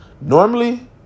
normally